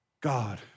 God